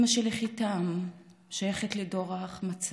אימא שלי, חיתאם, שייכת לדור ההחמצה.